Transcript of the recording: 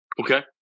Okay